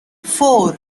four